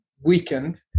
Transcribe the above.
weakened